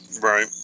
Right